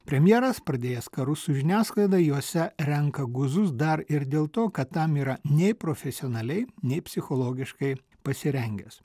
premjeras pradėjęs karus su žiniasklaida juose renka guzus dar ir dėl to kad tam yra nei profesionaliai nei psichologiškai pasirengęs